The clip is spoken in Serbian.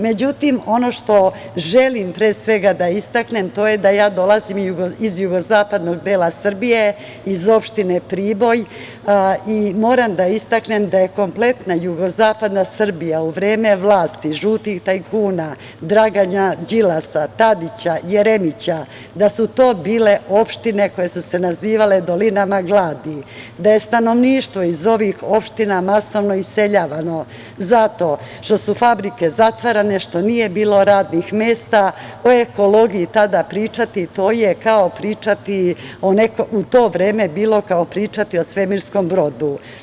Međutim, ono što želim pre svega da istaknem to je da dolazim iz jugozapadnog dela Srbije iz opštine Priboj, i moram da istaknem da je kompletna jugozapadna Srbija u vreme vlasti žutih tajkuna Dragana Đilasa, Tadića, Jeremića, da su to bile opštine koje su se nazivale dolinama gladi, da je stanovništvo iz ovih opština masovno iseljavano, zato što su fabrike zatvarane, što nije bilo radnih mesta, o ekologiji tada pričati to je kao pričati u to vreme bilo kao pričati o svemirskom brodu.